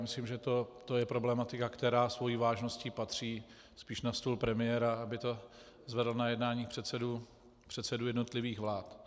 Myslím, že to je problematika, která svou vážností patří spíš na stůl premiéra, aby to zvedl na jednání předsedů jednotlivých vlád.